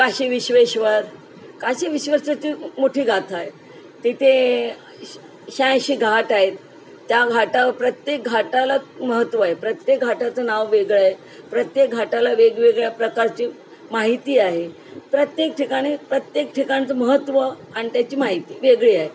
काशीविश्वेश्वर काशी विश्वेश्वरची मोठी गाथा आहे तिथे शहाऐंशी घाट आहत त्या घाटा प्रत्येक घाटाला महत्त्व आहे प्रत्येक घाटाचं नाव वेगळं आहे प्रत्येक घाटाला वेगवेगळ्या प्रकारची माहिती आहे प्रत्येक ठिकाणी प्रत्येक ठिकाणचं महत्त्व आणि त्याची माहिती वेगळी आहे